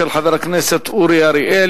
של חבר הכנסת אורי אריאל.